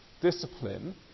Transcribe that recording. discipline